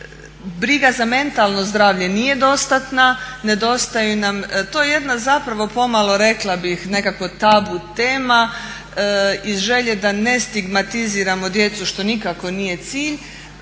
Briga za mentalno zdravlje nije dostatna, nedostaju nam, to je jedna zapravo pomalo rekla bih nekako tabu tema iz želje da ne stigmatiziramo djecu što nikako nije cilj,